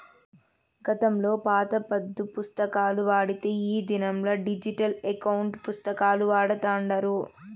గతంలో పాత పద్దు పుస్తకాలు వాడితే ఈ దినంలా డిజిటల్ ఎకౌంటు పుస్తకాలు వాడతాండారు